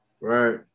Right